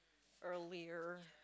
earlier